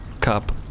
cup